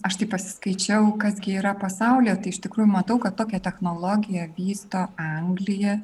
aš taip pasiskaičiau kas gi yra pasaulyje tai iš tikrųjų matau kad tokią technologiją vysto anglija